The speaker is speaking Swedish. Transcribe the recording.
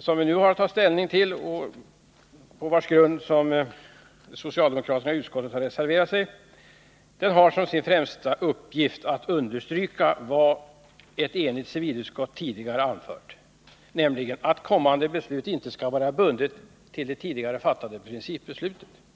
som vi nu har att ta ställning till och på vars grund socialdemokraterna i utskottet har reserverat sig har som främsta uppgift att understryka vad ett enigt civilutskott tidigare anfört, nämligen att kommande beslut inte skall vara bundet till det tidigare fattade principbeslutet.